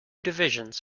divisions